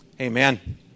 Amen